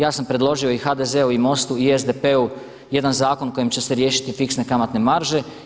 Ja sam predložio i HDZ-u i MOST-u i SDP-u jedan zakon kojim će se riješiti fiksne kamatne marže.